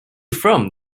from